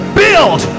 build